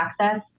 access